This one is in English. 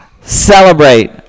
celebrate